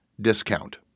discount